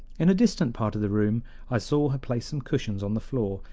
in a distant part of the room i saw her place some cushions on the floor,